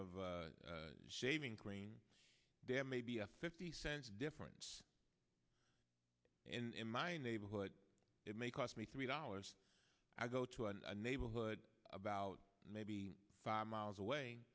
of shaving cream there may be a fifty cents difference in my neighborhood it may cost me three dollars i go to a neighborhood about maybe five miles away